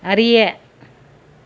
அறிய